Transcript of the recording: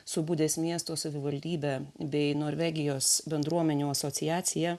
su budės miesto savivaldybe bei norvegijos bendruomenių asociacija